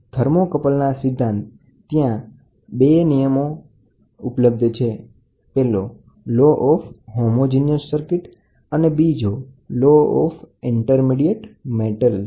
થર્મોકપલ્સના સિદ્ધાંત થર્માકપલના બે નિયમ ઉપલબ્ધ છે એક છે લો ઓફ હોમોજીનીયસ સર્કિટ અને બીજો લો ઓફ ઇન્ટરમિડીયેટ મેટલ્સ